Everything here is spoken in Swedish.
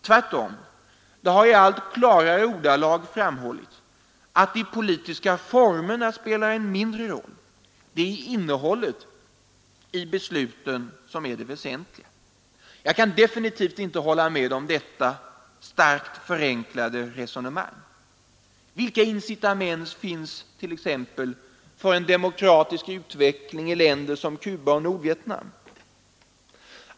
Tvärtom, det har i allt klarare ordalag framhållits att de politiska formerna spelar en mindre roll; det är innehållet i besluten som är det väsentliga. Jag kan definitivt inte hålla med om detta starkt förenklade resonemang. Vilka incitament för en demokratisk utveckling finns det i länder som Cuba och Nordvietnam?